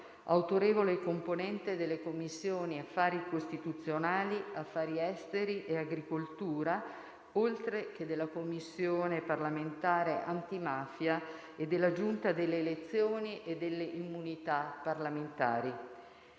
autorevole componente delle Commissioni affari costituzionali, affari esteri e agricoltura, oltre che della Commissione parlamentare antimafia e della Giunta delle elezioni e delle immunità parlamentari.